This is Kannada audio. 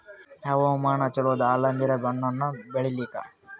ಯಾವ ಹವಾಮಾನ ಚಲೋ ದಾಲಿಂಬರ ಹಣ್ಣನ್ನ ಬೆಳಿಲಿಕ?